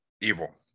Evil